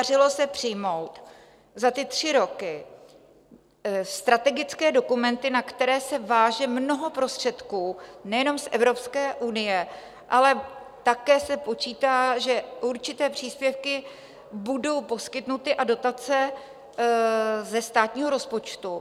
Podařilo se přijmout za ty tři roky strategické dokumenty, na které se váže mnoho prostředků nejenom z Evropské unie, ale také se počítá, že určité příspěvky a dotace budou poskytnuty ze státního rozpočtu.